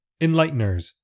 Enlighteners